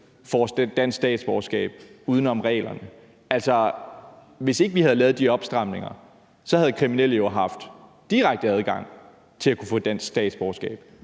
får dansk statsborgerskab uden om reglerne. Altså, hvis ikke vi havde lavet de opstramninger, havde kriminelle jo har haft direkte adgang til at kunne få dansk statsborgerskab.